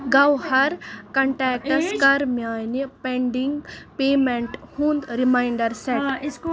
گَوہر contacts کَر میانہِ pending payment ہُنٛد ریمنانڈر سیٹ